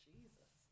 Jesus